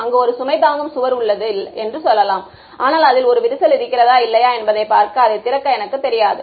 அங்கு ஒரு சுமை தாங்கும் சுவர் உள்ளது என்று சொல்லலாம் ஆனால் அதில் ஒரு விரிசல் இருக்கிறதா இல்லையா என்பதைப் பார்க்க அதைத் திறக்க எனக்குத் தெரியாது